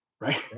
right